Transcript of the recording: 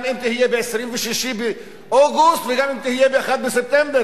גם אם תהיה ב-26 באוגוסט וגם אם תהיה ב-1 בספטמבר.